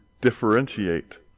differentiate